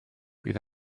bydd